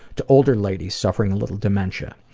to older ladies suffering a little dementia.